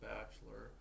Bachelor